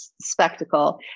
spectacle